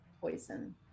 poison